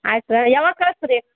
ಆಯಿತಾ ಯಾವಾಗ ಕಳಿಸ್ತೀರಿ